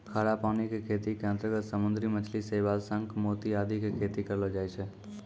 खारा पानी के खेती के अंतर्गत समुद्री मछली, शैवाल, शंख, मोती आदि के खेती करलो जाय छै